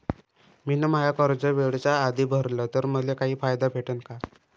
मिन माय कर्ज वेळेच्या आधी भरल तर मले काही फायदा भेटन का?